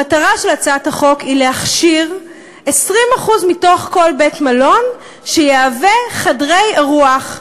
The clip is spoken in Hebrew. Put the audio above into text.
המטרה של הצעת החוק היא להכשיר 20% מתוך כל בית-מלון להיות חדרי אירוח,